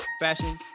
fashion